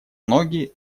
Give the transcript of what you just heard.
ноги